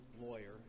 Lawyer